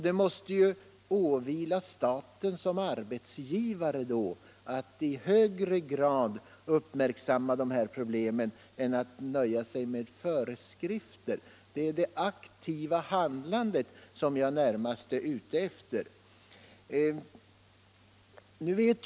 Det måste då åvila staten som arbetsgivare att uppmärksamma dessa problem i högre grad och inte bara nöja sig med föreskrifter. Det är det aktiva handlandet som jag efterlyser.